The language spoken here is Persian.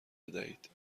بدهید